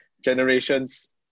generations